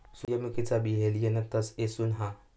सूर्यमुखीचा बी Helianthus annuus हा